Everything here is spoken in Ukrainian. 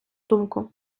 думку